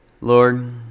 Lord